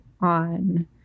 on